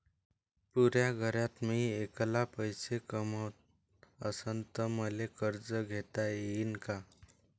पुऱ्या घरात मी ऐकला पैसे कमवत असन तर मले कर्ज घेता येईन का?